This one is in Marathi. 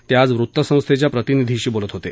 ते आज वृत्तसंस्थेच्या प्रतिनिधीशी बोलत होते